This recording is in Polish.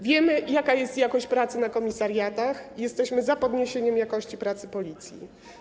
Wiemy, jaka jest jakość pracy na komisariatach - jesteśmy za podniesieniem jakości pracy Policji.